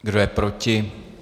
Kdo je proti?